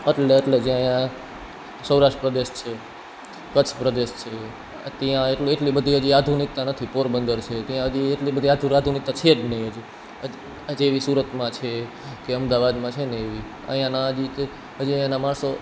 અટલે અટલે જ અહીંયા સૌરાષ્ટ્ર પ્રદેશ છે કચ્છ પ્રદેશ છે ત્યાં એટલું એટલી બધી હજી આધુનિકતા નથી પોરબંદર છે ત્યાં હજી એટલી બધી આધુનિકતા છે જ નહીં હજી આ જેવી સુરતમાં છે કે અમદાવાદમાં છે ને એવી અહીંયાના હજી હજી અહીંના માણસો